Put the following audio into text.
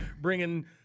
bringing